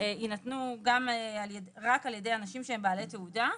יינתנו רק על ידי אנשים שהם בעלי תעודה.